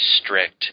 strict